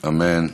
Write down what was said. אמן.